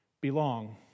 belong